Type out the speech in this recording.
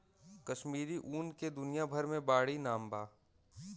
कश्मीरी ऊन के दुनिया भर मे बाड़ी नाम बा